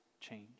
change